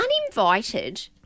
Uninvited